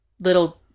little